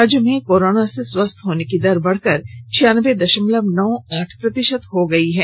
राज्य में कोरोना से स्वस्थ होने की दर बढ़कर छियानबे दशमलव नौ आठ प्रतिशत हो गई है